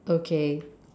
okay